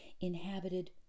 inhabited